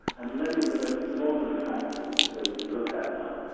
and many of the most modern factories you go to look at now,